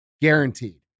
Guaranteed